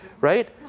right